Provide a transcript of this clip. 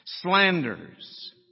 slanders